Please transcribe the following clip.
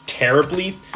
Terribly